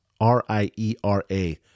R-I-E-R-A